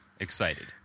excited